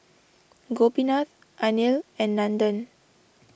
Gopinath Anil and Nandan